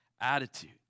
attitude